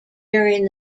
during